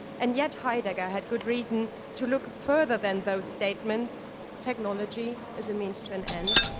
and yet heidegger had good reason to look further than those statements technology as a means to an end,